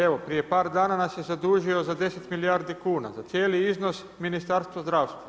Evo, prije par dana nas je zadužio za 10 milijardi kuna, za cijeli iznos Ministarstvo zdravstva.